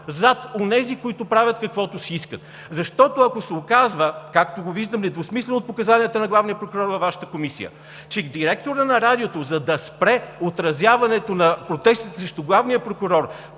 зад онези, които правят каквото си искат! Ако се оказва, както го виждам недвусмислено от показанията на главния прокурор във Вашата комисия, че директорът на Радиото, за да спре отразяването на протестите срещу главния прокурор,